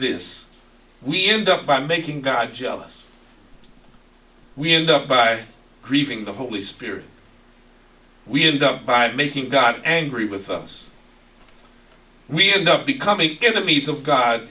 this we end up by making god jealous we end up by grieving the holy spirit we end up by making got angry with us we end up becoming enemies of god